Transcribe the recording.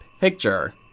Picture